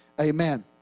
amen